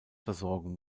versorgen